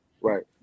Right